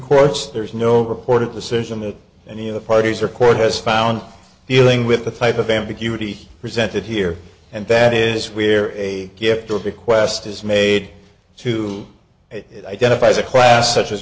court's there's no reported decision that any of the parties or court has found healing with the type of ambiguity presented here and that is where a gift or a bequest is made to it identifies a class such as